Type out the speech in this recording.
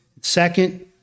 second